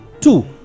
Two